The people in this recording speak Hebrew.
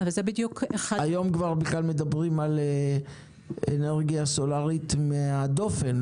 היום בכלל מדברים על אנרגיה סולארית מהדופן,